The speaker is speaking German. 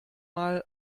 mal